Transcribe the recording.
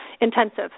intensive